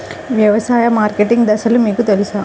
వ్యవసాయ మార్కెటింగ్ దశలు మీకు తెలుసా?